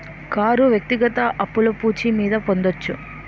car వ్యక్తిగత అప్పులు పూచి మీద పొందొచ్చు